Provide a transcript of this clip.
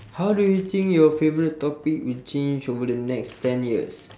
how do you think your favourite topic will change over the next ten years